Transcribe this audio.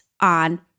on